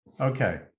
okay